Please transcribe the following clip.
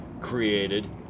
created